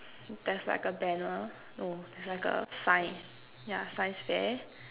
there's like a banner oh there's like a sign yeah science fair